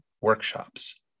Workshops